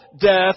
death